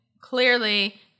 Clearly